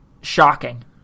shocking